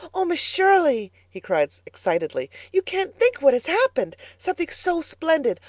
oh, miss shirley, he cried excitedly, you can't think what has happened! something so splendid.